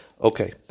okay